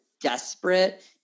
desperate